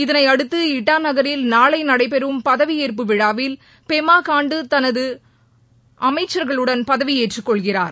இதனையடுத்து இட்டா நகரில் நாளை நடைபெறும் பதவியேற்பு விழாவில் பெமா காண்டு தமது அமைச்சர்களுடன் பதவி ஏற்றுக் கொள்கிறார்